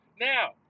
Now